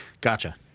Gotcha